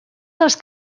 dels